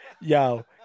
Yo